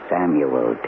Samuel